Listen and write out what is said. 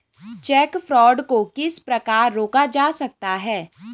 Check fraud को किस प्रकार रोका जा सकता है?